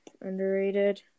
underrated